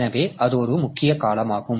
எனவே அது ஒரு முக்கிய காலமாகும்